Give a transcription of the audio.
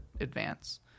advance